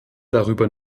darüber